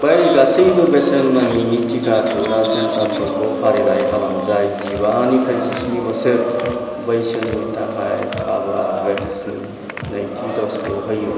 बै गासैबो बेसेन नाङि टिका थुग्रा सेन्टारफोरखौ फारिलाइ खालाम जाय जिबानिफ्राय जिस्नि बोसोर बैसोनि थाखाय कव'भेक्सनि नैथि द'जखौ होयो